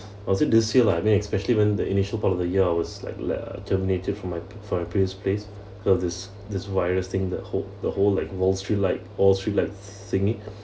also do you still like me especially when the initial part of the year I was like uh terminated from my preferred place place cause this this virus thing the whole the whole like wall street like wall street like thingy